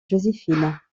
joséphine